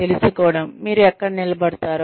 తెలుసుకోవడం మీరు ఎక్కడ నిలబడతారో